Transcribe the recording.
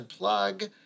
unplug